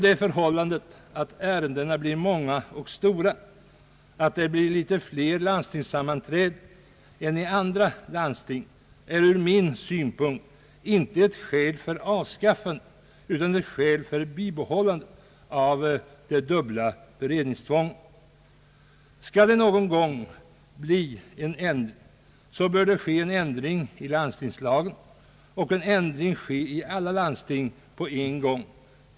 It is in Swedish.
Det förhållandet att ärendena blir många och stora, att det blir litet fler landstingssammanträden än i andra landsting, är ur min synpunkt inte ett skäl för avskaffande utan för bibehållande av det dubbla beredningstvånget. Skall det någon gång bli en ändring så bör den ske i landstingslagen och i alla landsting på en gång.